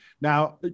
Now